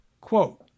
Quote